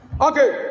Okay